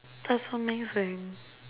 that's amazing